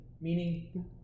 meaning